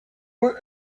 but